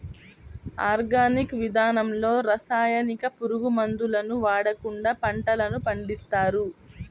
organic విధానంలో రసాయనిక, పురుగు మందులను వాడకుండా పంటలను పండిస్తారు